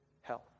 health